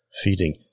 Feeding